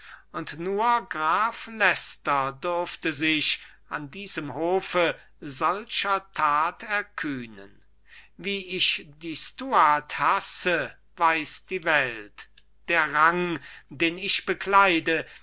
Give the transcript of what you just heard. und nur graf leicester durfte sich an diesem hofe solcher tat erkühnen wie ich die stuart hasse weiß die welt der rang den ich bekleide